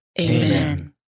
Amen